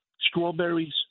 strawberries